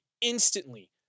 instantly